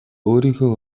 өөрийнхөө